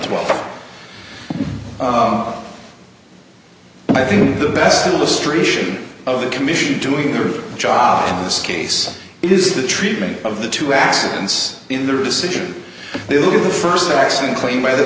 twelve and i think the best illustration of the commission doing their job in this case is the treatment of the two accidents in their decision they look at the first accident cl